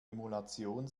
emulation